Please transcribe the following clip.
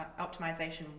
optimization